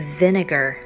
vinegar